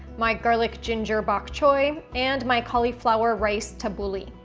my garlic ginger bok choy, and my cauliflower rice tabbouleh.